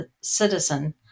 citizen